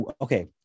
okay